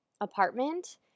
apartment